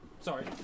Sorry